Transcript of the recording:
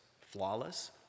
flawless